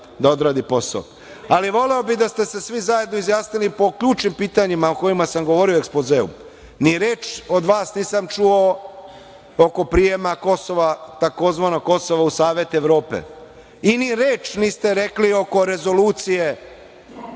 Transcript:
vam odradi posao. Voleo bih da ste se svi zajedno izjasnili po ključnim pitanjima o kojima sam govorio u ekspozeu. Ni reč od vas nisam čuo oko prijema Kosova tzv. Kosova u Savet Evrope. Ni reč niste rekli oko Rezolucije